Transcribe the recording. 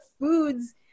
foods